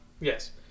Yes